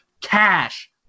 cash